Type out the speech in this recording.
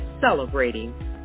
celebrating